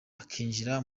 akinjira